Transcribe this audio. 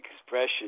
expression